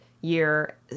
year